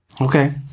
Okay